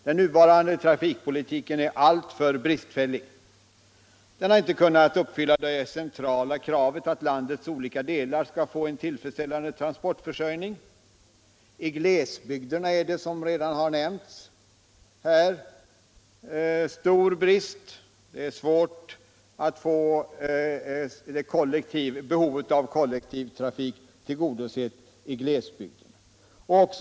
Den nuvarande trafikpolitiken är alltför bristfällig. Den har inte kunnat uppfylla det centrala kravet att landets olika delar skall få en tillfredsställande trafikförsörjning. I glesbygderna är det, som redan nämnts här, stor brist; det är där svårt att få behovet av kollektivtrafik tillgodosett.